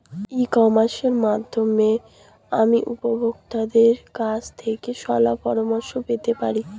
ই কমার্সের মাধ্যমে আমি উপভোগতাদের কাছ থেকে শলাপরামর্শ পেতে পারি?